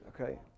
okay